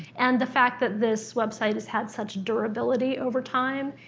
and the fact that this website has had such durability over time,